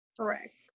Correct